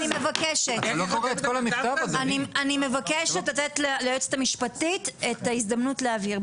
אני מבקשת לתת ליועצת המשפטית את ההזדמנות להבהיר.